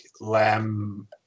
Lamb